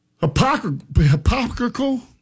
hypocritical